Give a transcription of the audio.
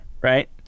right